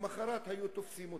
למחרת היו תופסים אותו.